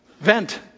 vent